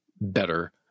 better